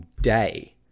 day